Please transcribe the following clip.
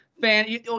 fan